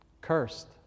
Cursed